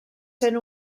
sent